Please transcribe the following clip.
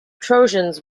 trojans